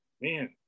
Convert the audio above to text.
man